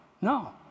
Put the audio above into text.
No